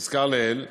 הנזכר לעיל,